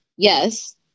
Yes